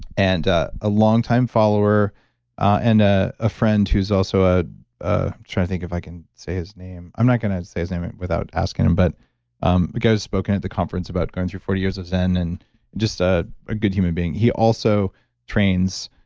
and ah a long-time follower and ah a friend who's also. i'm ah ah trying to think if i can say his name i'm not going to say his name without asking him, but the um but guy has spoken at the conference about going through forty years of zen and just ah a good human being. he also trains